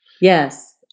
yes